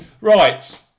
Right